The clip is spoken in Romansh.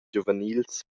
giuvenils